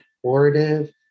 supportive